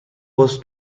was